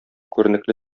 күренекле